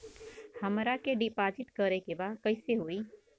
हमरा के डिपाजिट करे के बा कईसे होई?